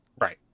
Right